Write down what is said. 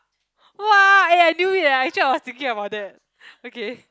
!wah! I knew it ah actually I was thinking about that okay